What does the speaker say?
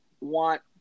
want